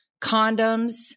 condoms